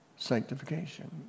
Sanctification